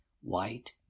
white